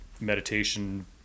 meditation